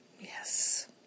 Yes